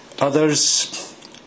Others